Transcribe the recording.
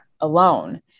alone